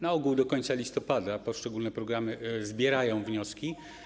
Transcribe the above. Na ogół do końca listopada poszczególne programy zbierają wnioski.